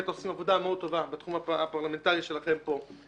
באמת עושים עבודה מאוד טובה בתחום הפרלמנטרי שלכם פה.